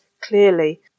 clearly